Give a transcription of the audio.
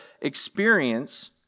experience